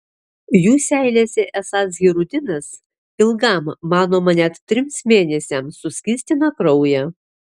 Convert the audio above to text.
jų seilėse esąs hirudinas ilgam manoma net trims mėnesiams suskystina kraują